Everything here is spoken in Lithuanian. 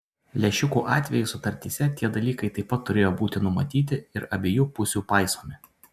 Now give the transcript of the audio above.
lęšiukų atveju sutartyse tie dalykai taip pat turėjo būti numatyti ir abiejų pusių paisomi